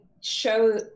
show